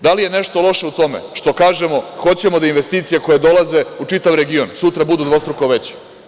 Da li je nešto loše u tome što kažemo - hoćemo da investicije koje dolaze u čitav region sutra budu dvostruko veće?